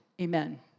Amen